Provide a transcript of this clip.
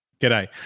G'day